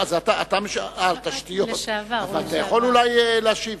אתה יכול אולי להשיב.